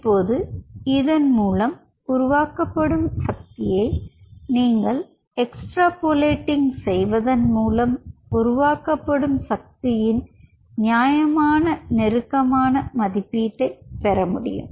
இப்போது இதன் மூலம் உருவாக்கப்படும் சக்தியை நீங்கள் எக்ஸ்ட்ராபோலேட்டிங் செய்வதன் மூலம் உருவாக்கப்படும் சக்தியின் நியாயமான நெருக்கமான மதிப்பீட்டைப் பெற முடியும்